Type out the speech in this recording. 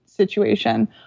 situation